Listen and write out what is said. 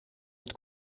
het